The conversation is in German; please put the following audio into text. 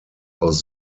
aus